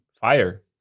fire